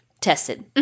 tested